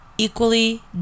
Equally